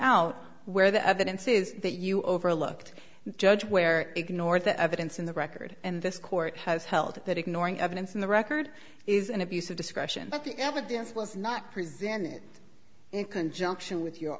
out where the evidence is that you overlooked judge where ignore the evidence in the record and this court has held that ignoring evidence in the record is an abuse of discretion that the evidence was not presented in conjunction with your